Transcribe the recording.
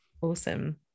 awesome